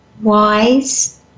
Wise